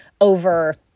over